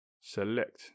select